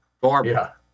Barbara